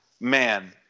man